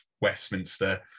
Westminster